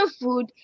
food